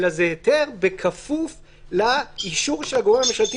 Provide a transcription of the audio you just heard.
אלא זה היתר בכפוף לאישור הגורם הממשלתי